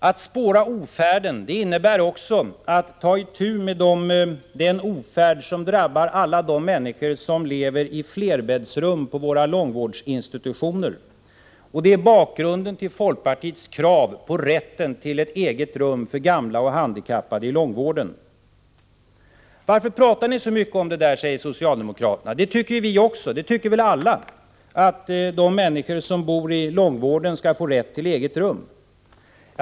Att spåra ofärden innebär också att ta itu med den ofärd som drabbar alla de människor somlever i flerbäddsrum på våra långvårdsinstitutioner. Det är bakgrunden till folkpartiets krav på rätten till ett eget rum för gamla och handikappade i långvården. Varför pratar ni så mycket om det där? säger socialdemokraterna. Det tycker ju vi också. Det tycker väl alla. Alla tycker väl att de människor som bor på långvårdsinstitutioner skall få rätt till ett eget rum.